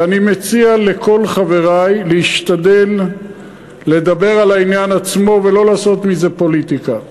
ואני מציע לכל חברי להשתדל לדבר על העניין עצמו ולא לעשות מזה פוליטיקה.